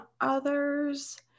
others